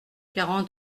quarante